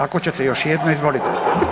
Ako ćete još jednom izvolite.